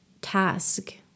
task